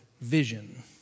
vision